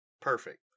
perfect